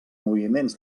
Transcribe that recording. moviments